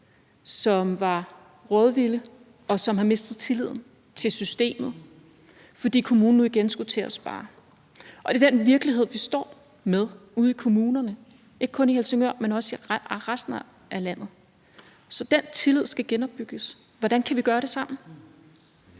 som var rådvilde, og som har mistet tilliden til systemet, fordi kommunen nu igen skulle til at spare. Og det er den virkelighed, vi står med ude i kommunerne, ikke kun i Helsingør, men også i resten af landet. Så den tillid skal genopbygges. Hvordan kan vi gøre det sammen?